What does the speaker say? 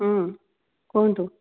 ହଁ କୁହନ୍ତୁ